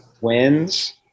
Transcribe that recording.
wins